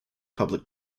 public